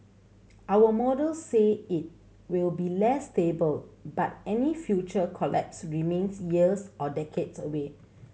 our models say it will be less stable but any future collapse remains years or decades away